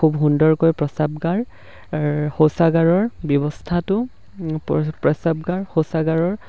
খুব সুন্দৰকৈ প্ৰস্ৰাৱগাৰ শৌচাগাৰৰ ব্যৱস্থাটো প্ৰস্ৰাৱগাৰ শৌচাগাৰৰ